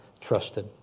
trusted